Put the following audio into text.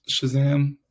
Shazam